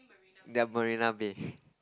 they're Marina-Bay